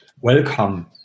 Welcome